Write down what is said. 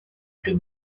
plus